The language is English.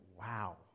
wow